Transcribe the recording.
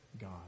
God